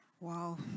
wow